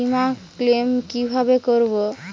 বিমা ক্লেম কিভাবে করব?